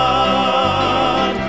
God